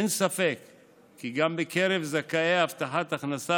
אין ספק כי גם בקרב זכאי הבטחת הכנסה